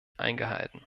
eingehalten